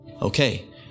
Okay